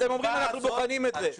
אתם אומרים "אנחנו בוחנים את זה".